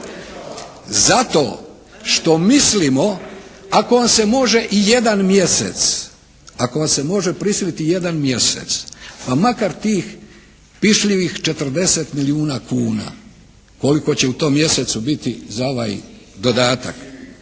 zato što mislimo ako vam se može i jedan mjesec, ako vas se može prisiliti jedan mjesec, pa makar tih pišljivih 40 milijuna kuna koliko će u tom mjesecu biti za ovaj dodatak.